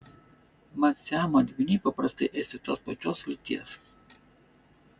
mat siamo dvyniai paprastai esti tos pačios lyties